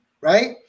right